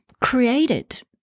created